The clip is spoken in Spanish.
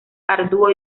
arduo